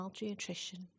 malnutrition